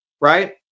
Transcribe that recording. right